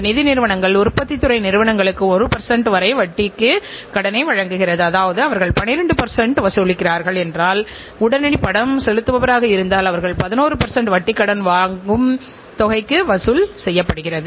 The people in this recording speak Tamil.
தரத்தை மேம்படுத்துவதற்கான ஒரு முக்கிய அம்சம் நீங்கள் செய்ய வேண்டிய சுழற்சி நேரத்தைக் குறைப்பதாகும் ஏனென்றால் நீங்கள் சுழற்சியின் நேரத்தை அதிகரித்தால் அல்லது உங்கள் உள்ளீட்டு செலவுகள் அனைத்தும் அதிகரிக்கும் மற்றும் உள்ளீட்டு செலவுகள் அதிகரித்தால் உங்கள் உற்பத்தித்திறன் பாதிக்கப்படும்